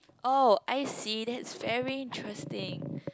oh I see that's very interesting